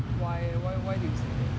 why eh why why do you say that